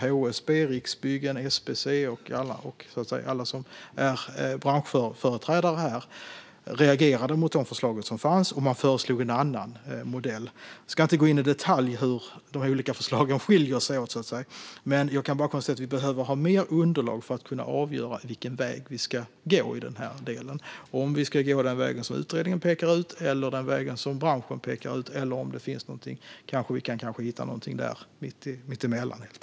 HSB, Riksbyggen, SBC och alla branschföreträdare reagerade mot utredningens förslag och föreslog en annan modell. Jag ska inte gå in i detalj på hur de olika förslagen skiljer sig åt. Jag kan bara konstatera att vi behöver ha mer underlag för att kunna avgöra vilken väg vi ska gå, om vi ska gå den väg som utredningen pekar ut, om vi ska gå den väg som branschen pekar ut eller om vi kan hitta någonting mittemellan.